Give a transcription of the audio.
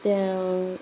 ते